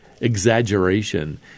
exaggeration